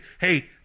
hey